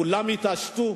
כולם יתעשתו